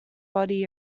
body